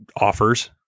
offers